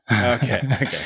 Okay